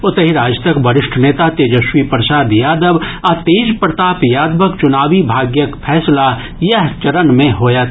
ओतहि राजदक वरिष्ठ नेता तेजस्वी प्रसाद यादव आ तेज प्रताप यादवक चुनावी भाग्यक फैसला इएह चरण मे होयत